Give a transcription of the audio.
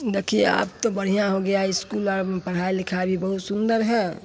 देखिए अब तो बढ़ियाँ हो गया है इस्कूल और पढ़ाई लिखाई भी बहुत सुन्दर है